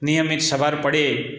નિયમિત સવાર પડે